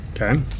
Okay